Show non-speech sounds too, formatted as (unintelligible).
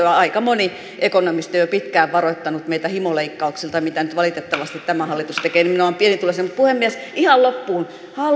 (unintelligible) ja aika moni ekonomisti on jo pitkään varoittanut meitä himoleikkauksista joita nyt valitettavasti tämä hallitus tekee nimenomaan pienituloisilta puhemies ihan loppuun